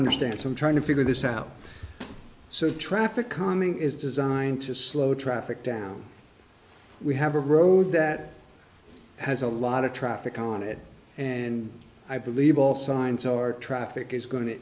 understand some trying to figure this out so traffic calming is designed to slow traffic down we have a road that has a lot of traffic on it and i believe all signs are traffic is go